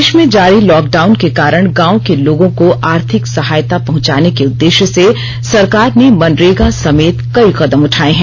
देश में जारी लॉकडाउन के कारण गाँव के लोगों को आर्थिक सहायता पहुंचाने के उददेष्य से सरकार ने मनरेगा समेत कई कदम उठाए हैं